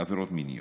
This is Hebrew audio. עבירות מיניות.